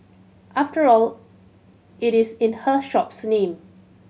after all it is in her shop's name